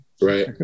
Right